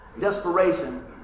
desperation